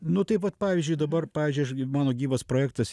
nu tai vat pavyzdžiui dabar pavyzdžiui aš gi mano gyvas projektas